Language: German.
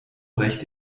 recht